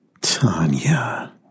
Tanya